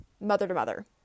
mother-to-mother